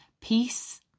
peace